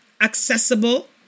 accessible